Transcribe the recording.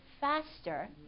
faster